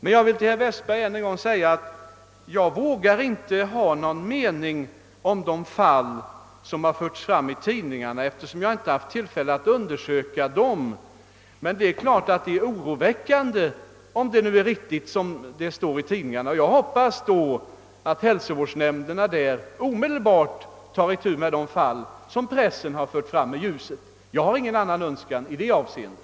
Men jag vill än en gång säga, herr Westberg, att jag inte vågar ha någon mening om de fall som aktualiserats i tidningarna, eftersom jag inte har haft tillfälle att undersöka dem. Men det är klart att det är oroväckande om tidningarnas redogörelse är riktig. Jag hoppas att hälsovårdsnämnderna omedelbart tar itu med de fall som pressen har fört fram i ljuset — jag önskar inget annat i det avseendet.